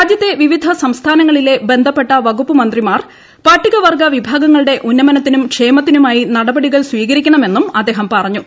രാജ്യത്തെ പിവിധ സംസ്ഥാനങ്ങളിലെ ബന്ധപ്പെട്ട വകുപ്പുമന്ത്രിമാർ പട്ടികവർഗ്ഗ വിഭാഗങ്ങളുടെ ഉന്നമനത്തിനും ക്ഷേമത്തിനുമായി നടപടികൾ സ്വീകരിക്കണമെന്നും അദ്ദേഹം പറഞ്ഞു